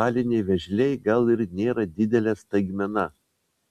baliniai vėžliai gal ir nėra didelė staigmena